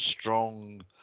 strong